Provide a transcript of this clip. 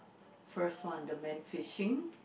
first one the man fishing